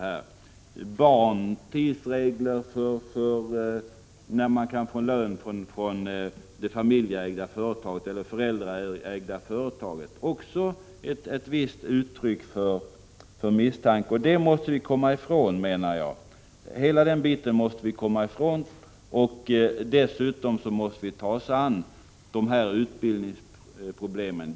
För barn gäller hårda tidsregler för när man kan få ut lön från det familjeägda eller föräldraägda företaget — också det ett visst uttryck för misstro. Hela den biten måste vi komma ifrån, menar jag. Dessutom måste vi ta oss an utbildningsproblemen.